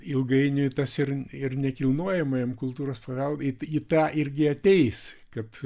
ilgainiui tas ir ir nekilnojamajam kultūros paveldui į tą irgi ateis kad